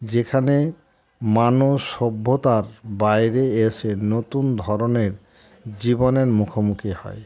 যেখানে মানুষ সভ্যতার বাইরে এসে নতুন ধরনের জীবনের মুখোমুখি হয়